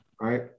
right